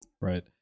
Right